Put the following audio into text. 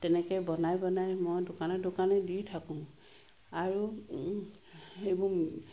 তেনেকৈ বনাই বনাই মই দোকানে দোকানে দি থাকোঁ আৰু সেইবোৰ